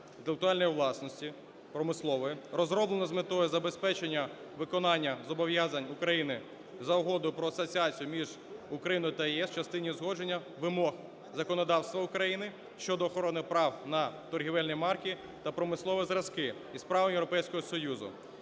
інтелектуальної власності (промислової) розроблений з метою забезпечення виконання зобов'язань України за Угодою про асоціацію між Україною та ЄС в частині узгодження вимог законодавства України щодо охорони прав на торгівельні марки та промислові зразки із правом Європейського Союзу.